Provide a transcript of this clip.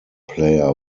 player